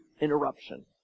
interruption